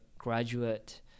Graduate